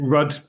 Rud